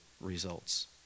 results